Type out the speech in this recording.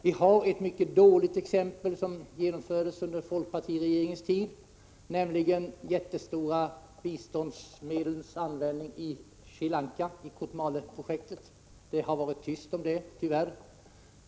Vi har ett mycket dåligt exempel på användningen av biståndsmedel under folkpartiregeringens tid, nämligen användningen av jättestora biståndsmedeli Sri Lanka till Kotmaleprojektet. Det har varit tyst om det, tyvärr.